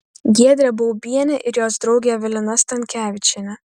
giedrė baubienė ir jos draugė evelina stankevičienė